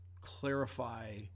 clarify